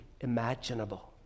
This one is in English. imaginable